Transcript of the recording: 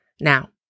Now